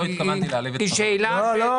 לא התכוונתי להעליב את חבר הכנסת ינון אזולאי.